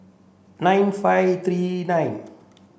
nine five three nine